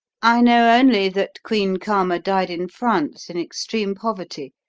i know only that queen karma died in france, in extreme poverty,